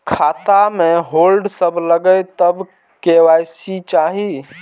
खाता में होल्ड सब लगे तब के.वाई.सी चाहि?